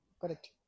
Correct